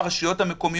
הרשויות המקומיות,